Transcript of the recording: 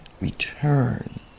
return